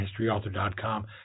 historyauthor.com